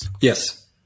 Yes